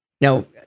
Now